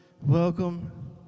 welcome